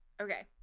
Okay